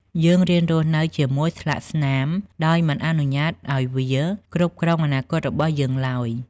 យើងរៀនរស់នៅជាមួយស្លាកស្នាម ដោយមិនអនុញ្ញាតឱ្យវាគ្រប់គ្រងអនាគតរបស់យើងឡើយ។